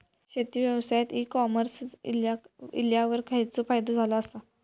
शेती व्यवसायात e commerce इल्यावर खयचो फायदो झालो आसा?